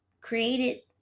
created